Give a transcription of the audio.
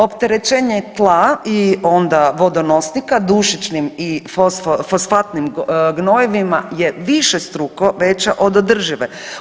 Opterećenje tla i onda vodonosnika, dušičnim i fosfatnim gnojivima je višestruko veća od održive.